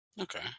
Okay